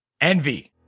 envy